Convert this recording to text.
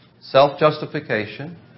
Self-justification